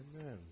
Amen